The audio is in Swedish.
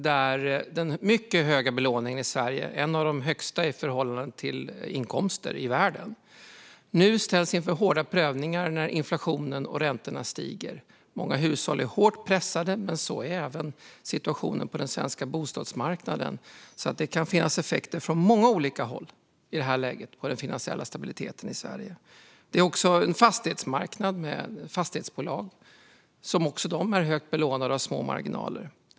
Den mycket höga belåningen i Sverige, en av de högsta i förhållande till inkomster i världen, innebär att vi ställs inför hårda prövningar när inflationen och räntorna stiger. Många hushåll är hårt pressade. Men det är även den svenska bostadsmarknaden. Det kan alltså finnas effekter på den finansiella stabiliteten i Sverige på många olika håll i det här läget. Det gäller även fastighetsmarknaden, med fastighetsbolag som också är högt belånade och har små marginaler.